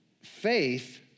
faith